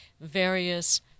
various